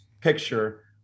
picture